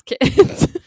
kids